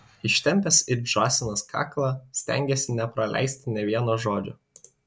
ištempęs it žąsinas kaklą stengėsi nepraleisti nė vieno žodžio